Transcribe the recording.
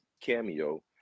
cameo